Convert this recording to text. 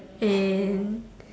and